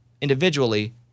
Individually